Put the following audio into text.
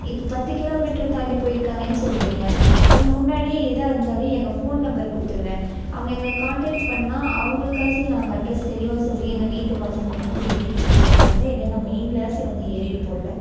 இப்போ பத்து கிலோமீட்டர் தாண்டி போயிருக்காங்கன்னு சொல்லுறீங்க முன்னாடியே ஏதா இருந்தாலும் எங்கள் ஃபோன் நம்பர் கொடுத்துருங்க அவங்க எங்களை காண்டாக்ட் பண்ணிணா அவங்களுக்காச்சும் நாங்கள் அட்ரெஸ் தெளிவாக சொல்லி எங்கள் வீட்டு வாசலுக்கு வந்து ஏற்றிட்டு போக சொல்லுவேன்ன இல்லைன்னா மெயின்லயாச்சும் வந்து ஏறியிருப்போம்ல